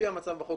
המצב בחוק,